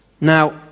Now